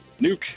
nuke